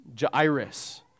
Jairus